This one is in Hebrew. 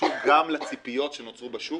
קשור גם לציפיות שנוצרו בשוק,